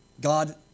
God